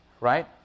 right